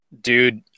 Dude